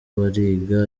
bariga